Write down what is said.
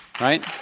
right